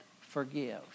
forgive